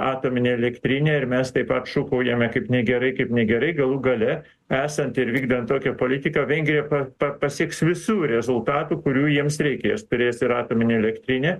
atominę elektrinę ir mes taip pat šūkaujame kaip negerai kaip negerai galų gale esant ir vykdant tokią politiką vengrija pa pa pasieks visų rezultatų kurių jiems reikės turės ir atominę elektrinę